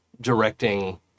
directing